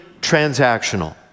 transactional